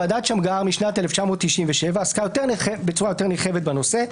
ועדת שמגר משנת 1997 עסקה בצורה יותר נרחבת בנושא.